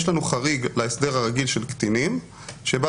יש לנו חריג להסדר הרגיל של קטינים שבא